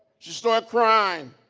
she started crying,